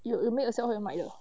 you you make yourself 会满意 not